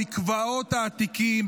המקוואות העתיקים,